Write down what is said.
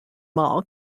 mall